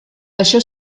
això